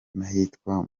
n’ahitwa